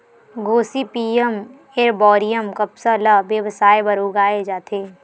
Gossypium arboreum कपसा ल बेवसाय बर उगाए जाथे